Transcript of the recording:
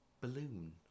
balloon